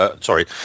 Sorry